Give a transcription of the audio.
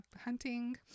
hunting